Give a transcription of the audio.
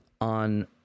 on